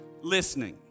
listening